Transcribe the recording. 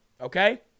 okay